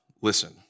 listen